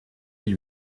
lit